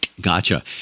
Gotcha